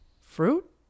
Fruit